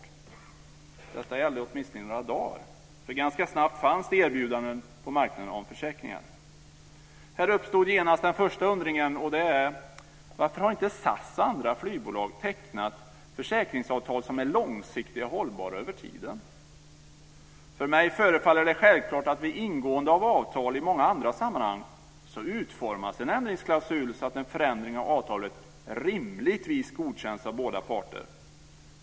Detta gällde åtminstone i några dagar, för ganska snabbt fanns det erbjudanden på marknaden om försäkringar. Här uppstod genast den första undringen, och den är: Varför har inte SAS och andra flygbolag tecknat försäkringsavtal som är långsiktiga och hållbara över tiden? För mig förefaller det självklart att vid ingående av avtal i många andra sammanhang så utformas en ändringsklausul så att en förändring av avtalet rimligtvis godkänns av båda parter.